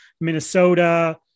Minnesota